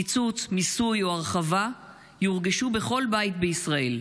קיצוץ, מיסוי או הרחבה יורגשו בכל בית בישראל.